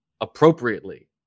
appropriately